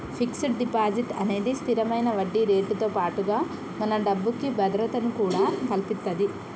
fixed deposit అనేది స్తిరమైన వడ్డీరేటుతో పాటుగా మన డబ్బుకి భద్రతను కూడా కల్పిత్తది